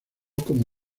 como